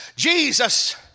Jesus